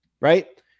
Right